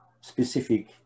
specific